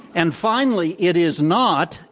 and finally, it is not,